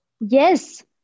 Yes